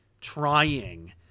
trying